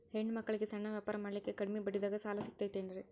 ಹೆಣ್ಣ ಮಕ್ಕಳಿಗೆ ಸಣ್ಣ ವ್ಯಾಪಾರ ಮಾಡ್ಲಿಕ್ಕೆ ಕಡಿಮಿ ಬಡ್ಡಿದಾಗ ಸಾಲ ಸಿಗತೈತೇನ್ರಿ?